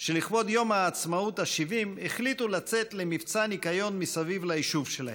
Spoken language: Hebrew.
שלכבוד יום העצמאות ה-70 החליטו לצאת למבצע ניקיון מסביב ליישוב שלהם.